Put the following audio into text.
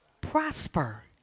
prosper